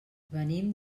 venim